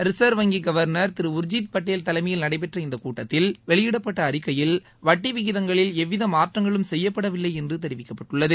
reserve வங்கி governor திரு உர்ஜித் பட்டேல் தலைமையில் நடைபெற்ற இந்த கூட்டத்தில் வெளியிடப்பட்ட அறிக்கையில் வட்டி விகிதங்களில் எவ்வித மாற்றங்களும் செய்யப்படவில்லை என்று தெரிவிக்கப்பட்டுள்ளது